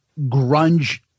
grunge